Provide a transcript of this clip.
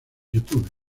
youtube